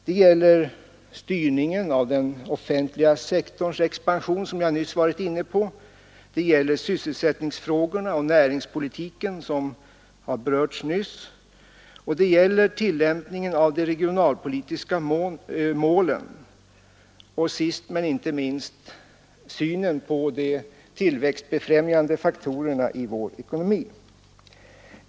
Det gäller styrningen av den offentliga sektorns expansion, det gäller ysselsättningsfrågorna och näringspolitiken och det gäller tillämpningen av de regionalpolitiska målen samt sist men inte minst synen på de tillväxtbefrämjande faktorerna i vår ekonomi.